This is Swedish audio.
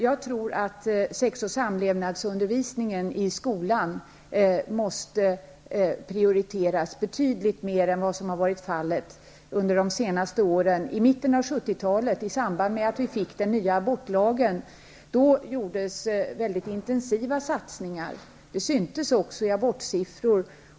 Jag tror att sex och samlevnadsundervisningen i skolan måste prioriteras betydligt mer än vad som har varit fallet under de senaste åren. I mitten av 70-talet, i samband med att vi fick den nya abortlagen, gjordes mycket intensiva satsningar. Det syntes också i abortsiffror.